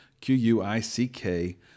Q-U-I-C-K